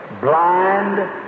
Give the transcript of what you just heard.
blind